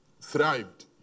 thrived